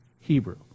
Hebrew